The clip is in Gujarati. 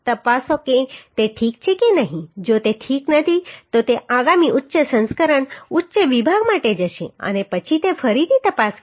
તપાસો કે તે ઠીક છે કે નહીં જો તે ઠીક નથી તો તે આગામી ઉચ્ચ સંસ્કરણ ઉચ્ચ વિભાગ માટે જશે અને પછી તે ફરીથી તપાસ કરશે